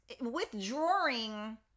withdrawing